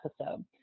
episode